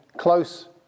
close